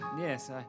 Yes